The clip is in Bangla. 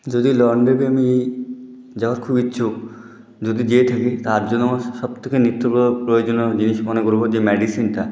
যদি লং ড্রাইভে আমি যাওয়ার খুব ইচ্ছুক যদি যেয়ে থাকি তার জন্য আমার সব থেকে নিত্য প্রয়োজনীয় জিনিস মনে করব যে মেডিসিনটা